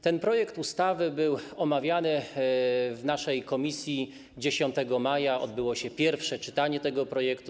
Ten projekt ustawy był omawiany w naszej komisji, 10 maja odbyło się pierwsze czytanie tego projektu.